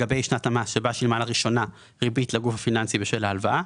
לגבי שנת המס שבה שילמה לראשונה ריבית לגוף הפיננסי בשל ההלוואה.